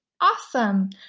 awesome